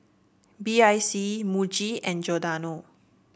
B I C Muji and Giordano